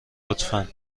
لطفا